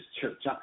church